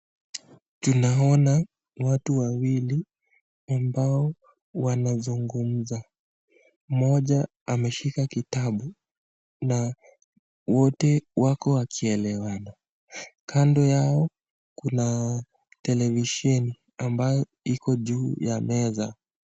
Tunaona watu wawili ambao wanazungumza. Moja ameshika kitabu na wote wako wakielewana. Kando yao kuna televisheni ambayo iko juu ya meza.